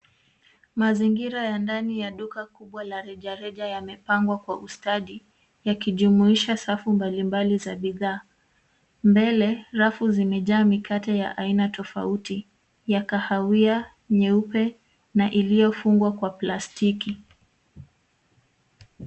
Mazingira ya ndani ya duka kubwa la rejareja yamepangwa kwa ustadi, yakijumuisha safu mbalimbali za bidhaa. Mbele, rafu zimejaa mikate ya aina tofauti ya kahawia, nyeupe na iliyofungwa kwa plastiki.